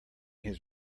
his